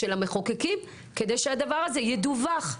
של המחוקקים, כדי שהדבר הזה ידווח.